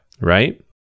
right